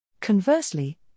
Conversely